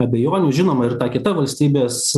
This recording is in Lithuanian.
abejonių žinoma ir ta kita valstybės